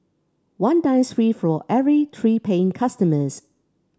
one dines free for every three paying customers